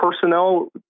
personnel